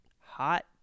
Hot